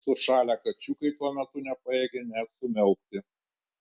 sušalę kačiukai tuo metu nepajėgė net sumiaukti